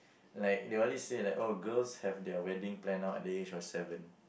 like they always say like oh girls have their wedding planned out at the age of seven